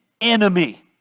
enemy